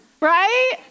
right